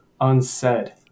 unsaid